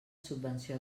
subvenció